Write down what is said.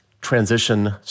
transition